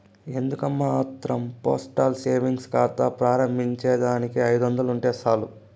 ఎందుకమ్మా ఆత్రం postal savings కాతా ప్రారంబించేదానికి ఐదొందలుంటే సాలు